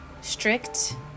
strict